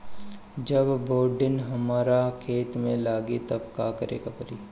जब बोडिन हमारा खेत मे लागी तब का करे परी?